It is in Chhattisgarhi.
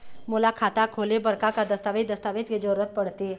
मोला खाता खोले बर का का दस्तावेज दस्तावेज के जरूरत पढ़ते?